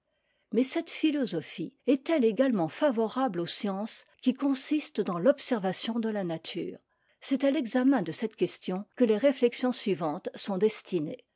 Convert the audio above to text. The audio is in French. mais cette philosophie est-elle également favorable aux sciences qui consistent dans l'observation de la nature c'est à l'examen de cette question que les rénexions suivantes sont destinées